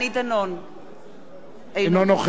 אינו נוכח ניצן הורוביץ,